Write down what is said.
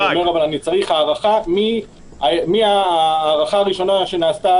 אבל אני צריך הארכה מההארכה הראשונה שנעשתה